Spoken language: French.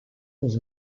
dans